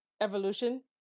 evolution